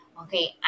Okay